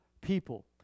people